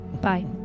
Bye